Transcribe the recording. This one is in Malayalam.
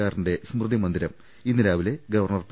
ആറിന്റെ സ്മൃതി മന്ദിരം ഇന്ന് രാവിലെ ഗവർണർ പി